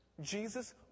Jesus